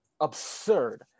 absurd